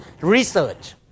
research